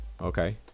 okay